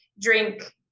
drink